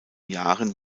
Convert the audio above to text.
jahren